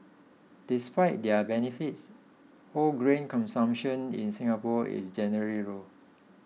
despite their benefits whole grain consumption in Singapore is generally low